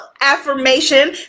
affirmation